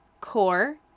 core